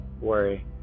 worry